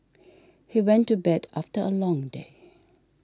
he went to bed after a long day